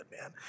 man